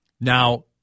Now